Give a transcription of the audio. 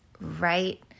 right